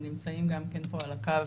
שנמצאים גם כן פה על הקו,